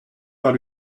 par